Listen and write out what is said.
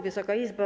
Wysoka Izbo!